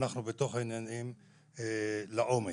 אנחנו בתוך העניינים לעומק.